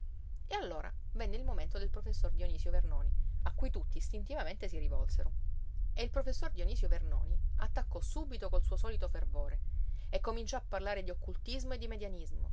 e allora venne il momento del professor dionisio vernoni a cui tutti istintivamente si rivolsero e il professor dionisio vernoni attaccò subito col suo solito fervore e cominciò a parlare di occultismo e di